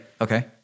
Okay